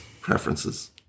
preferences